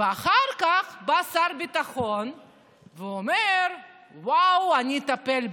אחר כך בא שר הביטחון ואומר: וואו, אני אטפל בזה.